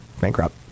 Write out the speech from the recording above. Bankrupt